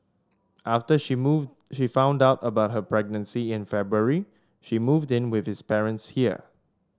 after she move she found out about her pregnancy in February she moved in with his parents here